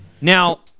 Now